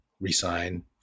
re-sign